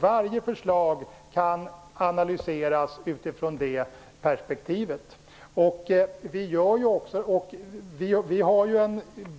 Varje förslag kan analyseras utifrån det perspektivet. Vi